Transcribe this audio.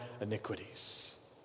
iniquities